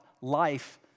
life